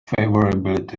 favorability